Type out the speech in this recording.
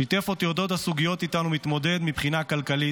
הוא שיתף אותי אודות הסוגיות שאיתן הוא מתמודד מבחינה כלכלית,